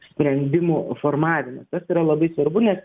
sprendimų formavimu tas yra labai svarbu nes